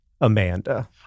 Amanda